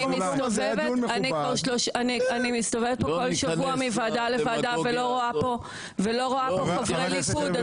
אני מסתובבת פה כל שבוע מוועדה לוועדה ולא רואה פה חברי ליכוד,